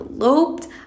eloped